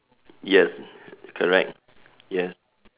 yes correct yes